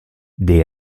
dei